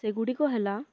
ସେଗୁଡ଼ିକ ହେଲା